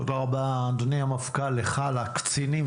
תודה רבה, אדוני המפכ"ל, לך, לקצינים.